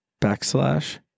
Backslash